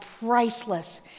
priceless